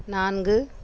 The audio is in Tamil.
நான்கு